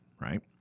right